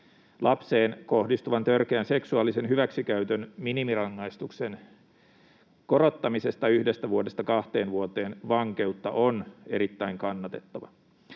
lapseen kohdistuvan törkeän seksuaalisen hyväksikäytön minimirangaistuksen korottamisesta yhdestä vuodesta kahteen vuoteen vankeutta on erittäin kannatettava.